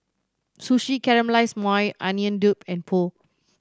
Sushi Caramelize Maui Onion and Pho